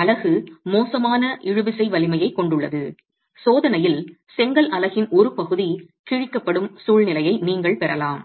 அலகு மோசமான இழுவிசை வலிமையைக் கொண்டுள்ளது சோதனையில் செங்கல் அலகின் ஒரு பகுதி கிழிக்கப்படும் சூழ்நிலையை நீங்கள் பெறலாம்